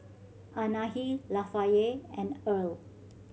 Anahi Lafayette and Erle